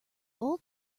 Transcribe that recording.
old